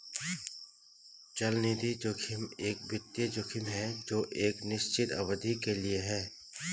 चलनिधि जोखिम एक वित्तीय जोखिम है जो एक निश्चित अवधि के लिए है